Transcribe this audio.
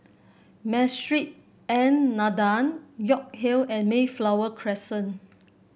Masjid An Nahdhah York Hill and Mayflower Crescent